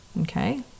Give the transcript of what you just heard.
Okay